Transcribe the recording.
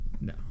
No